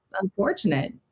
unfortunate